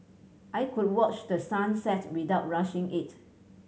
I could watch the sun set without rushing it